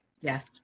Yes